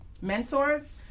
mentors